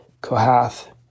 Kohath